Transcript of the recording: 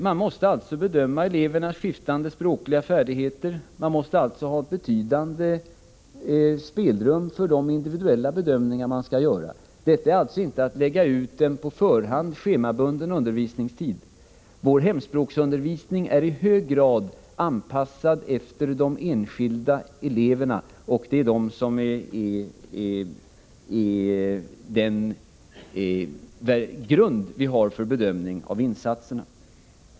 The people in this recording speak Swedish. Man måste alltså bedöma elevernas skiftande språkliga färdigheter och ha ett betydande spelrum för de individuella avvägningar som skall göras. Det handlar inte om att lägga ut en på förhand schemabunden undervisningstid. Vår hemspråksundervisning är i hög grad anpassad efter de enskilda eleverna. Det är de som är grunden för vår bedömning av insatserna.